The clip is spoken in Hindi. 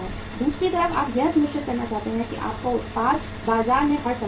दूसरी तरफ आप यह सुनिश्चित करना चाहते हैं कि आपका उत्पाद बाजार में हर समय उपलब्ध हो